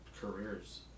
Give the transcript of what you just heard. careers